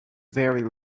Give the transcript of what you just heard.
very